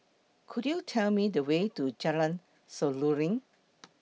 Could YOU Tell Me The Way to Jalan Seruling